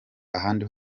ahandi